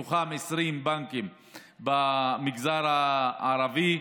מתוכם 20 בנקים במגזר הערבי,